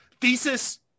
thesis